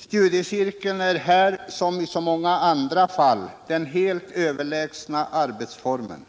Studiecirkeln är här som i så många andra fall den helt överlägsna arbetsformen,